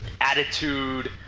attitude